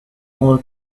all